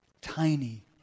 Tiny